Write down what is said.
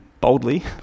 boldly